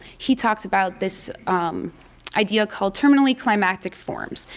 he talked about this idea called terminally climatic forms.